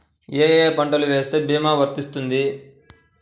ఏ ఏ పంటలు వేస్తే భీమా వర్తిస్తుంది?